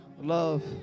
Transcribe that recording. Love